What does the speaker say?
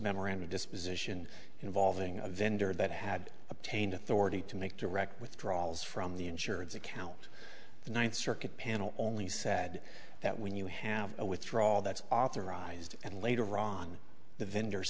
memorandum disposition involving a vendor that had obtained authority to make direct withdrawals from the insurance account the ninth circuit panel only said that when you have a withdraw that's authorized and later ron the vendor